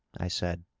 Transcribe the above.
i said.